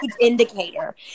indicator